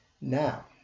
Now